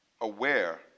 aware